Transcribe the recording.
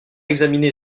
examiné